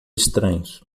estranhos